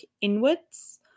inwards